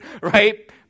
right